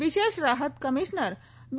વિશેષ રાહત કમિશનર બી